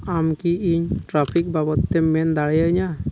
ᱟᱢ ᱠᱤ ᱤᱧ ᱴᱨᱟᱯᱷᱤᱠ ᱵᱟᱵᱚᱫᱛᱮᱢ ᱢᱮᱱ ᱫᱟᱲᱮᱭᱟᱹᱧᱟᱹ